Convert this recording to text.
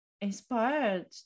inspired